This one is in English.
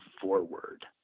forward